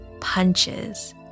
punches